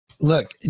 Look